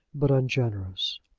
but ungenerous.